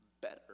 better